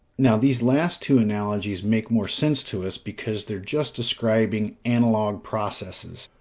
now, these last two analogies make more sense to us, because they're just describing analog processes,